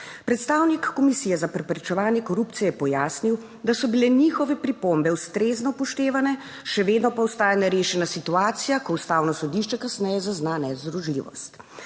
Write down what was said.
Predstavnik Komisije za preprečevanje korupcije je pojasnil, da so bile njihove pripombe ustrezno upoštevane, še vedno pa ostaja nerešena situacija, ko ustavno sodišče kasneje zazna nezdružljivost.